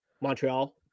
Montreal